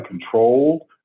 controlled